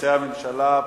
ומסי הממשלה (פטורין)